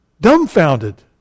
dumbfounded